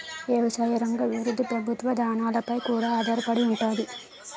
ఎవసాయ రంగ అభివృద్ధి ప్రభుత్వ ఇదానాలపై కూడా ఆధారపడి ఉంతాది